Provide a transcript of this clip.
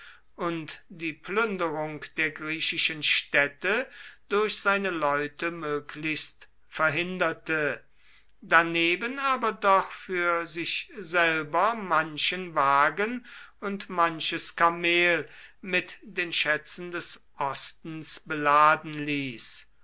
und die plünderung der griechischen städte durch seine leute möglichst verhinderte daneben aber doch für sich selber manchen wagen und manches kamel mit den schätzen des ostens beladen ließ